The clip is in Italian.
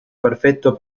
perfetto